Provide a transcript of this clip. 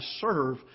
serve